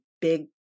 big